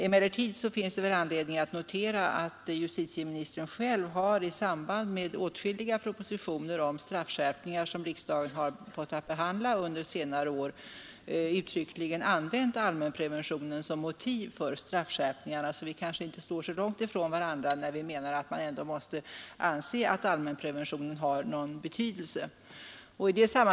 Emellertid finns det anledning att notera att justitieministern själv i samband med åtskilliga propositioner om straffskärpningar, som riksdagen har fått att behandla under senare år, har uttryckligen använt allmänpreventionen som motiv för straffskärpningen. Vi kanske inte då är så långt ifrån varandra när man ändå måste anse att allmänpreventionen har någon betydelse.